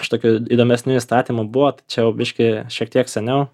iš tokių įdomesnių įstatymų buvo tai čia jau biški šiek tiek seniau